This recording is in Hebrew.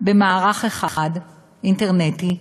במערך אחד אינטרנטי,